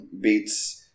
beats